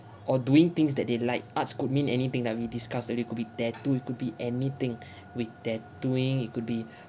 or doing things that they like arts could mean anything like we discuss earlier it could be tattoo it could be anything with tattooing it could be